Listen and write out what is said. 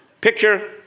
Picture